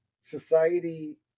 society